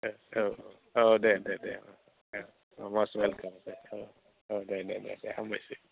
औ अ दे दे दे अ मस्ट अवेलकाम दे अ दे दे दे हामबायसै